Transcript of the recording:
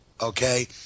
okay